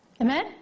Amen